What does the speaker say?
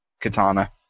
katana